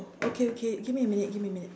okay okay give me a minute give me a minute